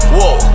Whoa